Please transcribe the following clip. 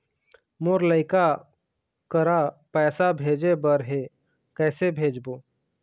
मोर लइका करा पैसा भेजें बर हे, कइसे भेजबो?